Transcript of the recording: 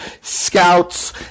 scouts